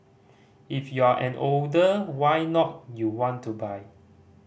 if you're an older why not you want to buy